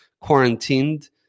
quarantined